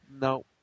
No